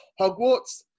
Hogwarts